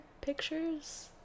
pictures